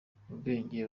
ubwenge